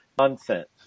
Nonsense